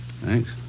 Thanks